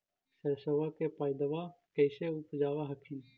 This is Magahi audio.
सरसोबा के पायदबा कैसे उपजाब हखिन?